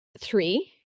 Three